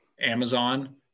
Amazon